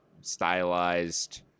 stylized